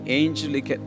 angelic